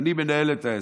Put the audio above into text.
אני מנהל את העסק,